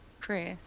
Chris